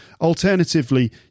Alternatively